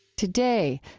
today,